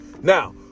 Now